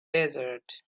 desert